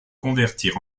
convertir